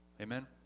Amen